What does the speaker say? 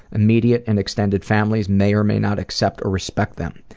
immediate and extended families may or may not accept or respect them,